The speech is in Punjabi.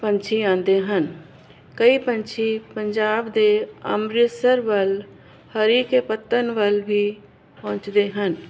ਪੰਛੀ ਆਂਦੇ ਹਨ ਕਈ ਪੰਛੀ ਪੰਜਾਬ ਦੇ ਅੰਮ੍ਰਿਤਸਰ ਵੱਲ ਹਰੀ ਕੇ ਪੱਤਣ ਵੱਲ ਵੀ ਪਹੁੰਚਦੇ ਹਨ